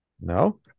No